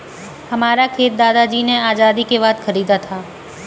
हमारा खेत दादाजी ने आजादी के बाद खरीदा था